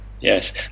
Yes